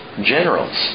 generals